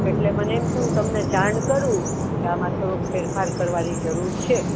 એટલે મને એમ થયું તમને જાણ કરું કે આમાં થોડોક ફેરફાર કરવાની જરૂર છે